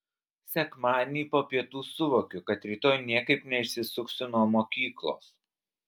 sekmadienį po pietų suvokiu kad rytoj niekaip neišsisuksiu nuo mokyklos